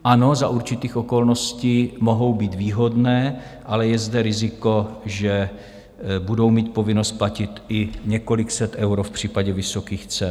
Ano, za určitých okolností mohou být výhodné, ale je zde riziko, že budou mít povinnost platit i několik set eur v případě vysokých cen.